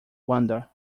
wander